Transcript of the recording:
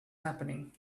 happening